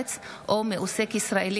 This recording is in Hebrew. ואתה מבין את העולם שאנחנו חיים בו.